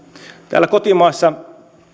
täällä kotimaassa